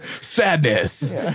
Sadness